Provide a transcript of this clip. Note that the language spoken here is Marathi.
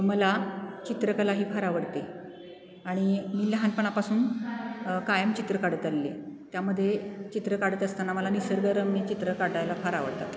मला चित्रकला ही फार आवडते आणि मी लहानपणापासून कायम चित्र काढत आलेली आहे त्यामध्ये चित्र काढत असताना मला निसर्गरम्य चित्र काढायला फार आवडतात